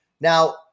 Now